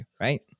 right